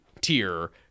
tier